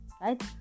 Right